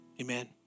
Amen